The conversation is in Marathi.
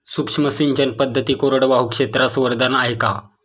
सूक्ष्म सिंचन पद्धती कोरडवाहू क्षेत्रास वरदान आहे का?